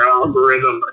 algorithm